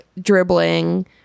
dribbling